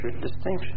distinction